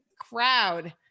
crowd